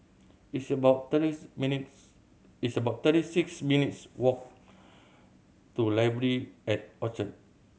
it's about thirty's minutes' it's about thirty six minutes' walk to Library at Orchard